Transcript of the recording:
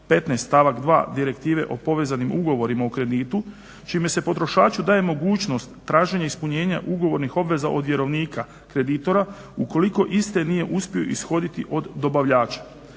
15. stavak 2. Direktive o povezanim ugovorima o kreditu čime se potrošaču daje mogućnost traženja ispunjenja ugovornih obveza od vjerovnika kreditora ukoliko iste nije uspio ishoditi od dobavljača.